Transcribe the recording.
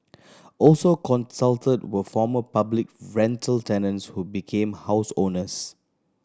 also consulted were former public rental tenants who became house owners